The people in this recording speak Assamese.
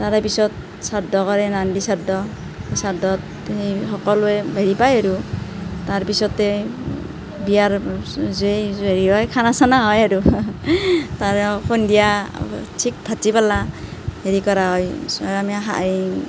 তাৰে পিছত শ্ৰাদ্ধ কৰে নান্দী শ্ৰাদ্ধ শ্ৰাদ্ধত সেই সকলোৱে হেৰি পায় আৰু তাৰপিছতে বিয়াৰ যে হেৰি হয় খানা চানা হয় আৰু তাৰে সন্ধিয়া ঠিক ভাটিবেলা হেৰি কৰা হয় আমি এই